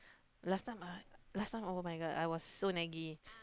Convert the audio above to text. last time uh last time [oh]-my-god I was so naggy